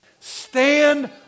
Stand